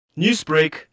Newsbreak